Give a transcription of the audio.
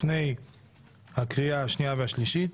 לפני הקריאה השנייה והשלישית.